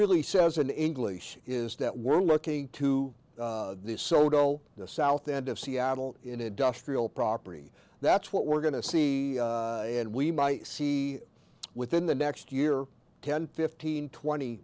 really says in english is that we're looking to the soto the south end of seattle in a dust real property that's what we're going to see and we might see within the next year ten fifteen twenty